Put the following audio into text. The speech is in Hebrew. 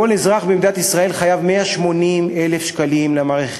כל אזרח במדינת ישראל חייב 180,000 שקלים למערכת,